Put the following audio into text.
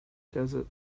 desert